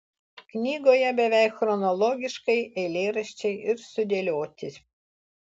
knygoje beveik chronologiškai eilėraščiai ir sudėlioti